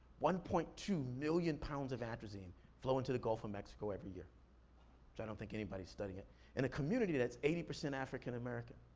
one point two million pounds of atrazine flow into the gulf of mexico every year, which i don't think anybody's studying. in and a community that's eighty percent african american.